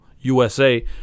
USA